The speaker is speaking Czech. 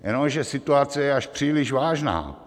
Jenomže situace je až příliš vážná.